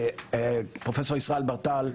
לפרופ' ישראל ברטל.